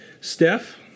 Steph